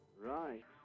Right